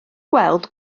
gweld